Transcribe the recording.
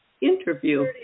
interview